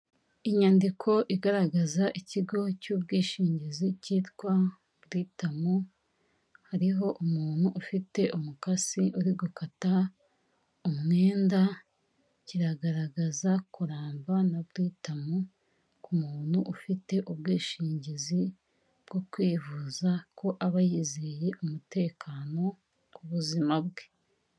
Inyandiko igaragaza ikigo cy'ubwishingizi cyitwa Buritamu, hariho umuntu ufite umukasi uri gukata umwenda, kiragaragaza kuramba na Buritamu ku muntu ufite ubwishingizi bwo kwivuza ko aba yizeye umutekano ku buzima bwe.